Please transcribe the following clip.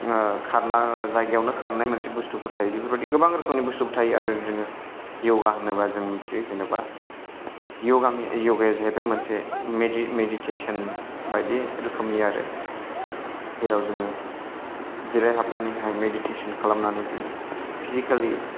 जायगायावनो खारनाय मोनसे बुस्थुफोर थायो बेफोरबायदि गोबां रोखोमनि बुस्थुफोर थायो आरो जोङो य'गा होनोबा जों मिथियो जेनेबा य'गाया जाहैबाय मोनसे मेडिटेस'न बायदि रोखोमनि आरो जेराव जोङो जिरायहाबनानैहाय मेडिटेस'न खालामनानै जोङो फिजिकेलि